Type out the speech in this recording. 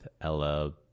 Ella